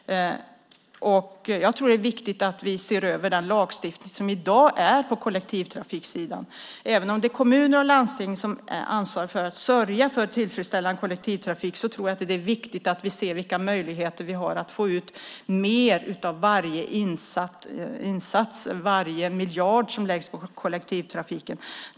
Jag tror att det är viktigt att vi ser över den lagstiftning som i dag finns på kollektivtrafiksidan. Även om det är kommuner och landsting som ansvarar för att sörja för en tillfredsställande kollektivtrafik är det viktigt att vi ser vilka möjligheter vi har att få ut mer av varje insats, varje miljard som läggs på kollektivtrafiken.